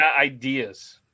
ideas